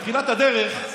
בתחילת הדרך,